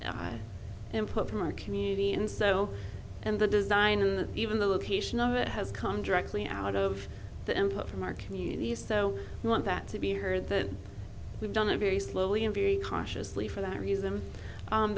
input from our community and so and the design and even the location of it has come directly out of the input from our community so we want that to be heard that we've done a very slowly and very cautiously for that reason